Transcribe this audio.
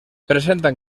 presentan